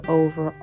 over